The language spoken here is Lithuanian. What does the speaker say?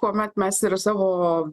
kuomet mes ir savo